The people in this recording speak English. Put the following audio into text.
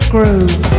Groove